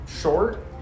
short